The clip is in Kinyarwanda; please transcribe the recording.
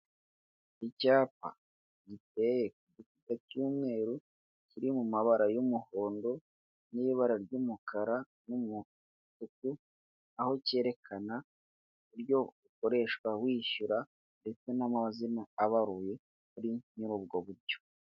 Icyapa giteye ku gikuta cy'umweru kiri mu mabara y'umuhondo n'ibara ry'umukara n'umutuku aho kerekana uburyo ukoresha wishyura ndetse n'amazina y'ubaruye kuri ubwo buryo.